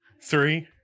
three